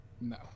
no